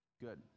Good